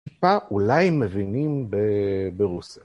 טיפה, אולי הם מבינים ברוסיה.